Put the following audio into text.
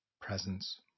Presence